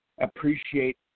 appreciate